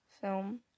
film